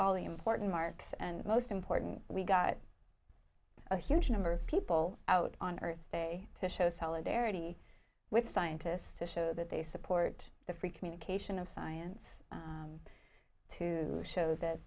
all the important marks and most important we got a huge number of people out on earth day to show solidarity with scientists to show that they support the free communication of science to show that